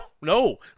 no